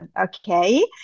okay